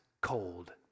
cold